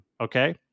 okay